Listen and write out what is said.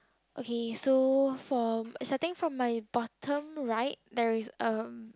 okay so from starting from my bottom right there is um